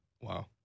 Wow